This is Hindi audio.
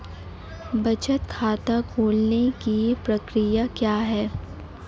बचत खाता खोलने की प्रक्रिया क्या है?